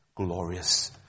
glorious